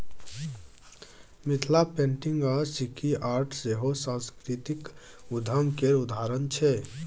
Mithila painting आ सिक्की art सेहो सास्कृतिक उद्यम केर उदाहरण छै